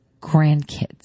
grandkids